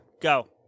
Go